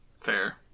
Fair